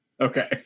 Okay